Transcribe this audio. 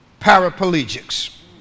paraplegics